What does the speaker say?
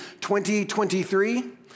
2023